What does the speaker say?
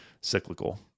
cyclical